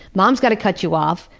mom's going to cut you off,